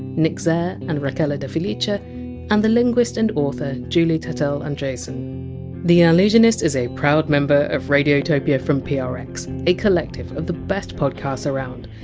nick zair and rachele de felice but and the linguist and author julie tetel andresen the allusionist is a proud member of radiotopia from prx, a collective of the best podcasts around,